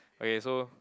okay so